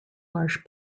marsh